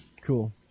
Cool